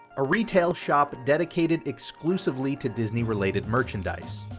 a retail shop dedicated exclusively to disney related merchandise.